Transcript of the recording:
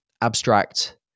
abstract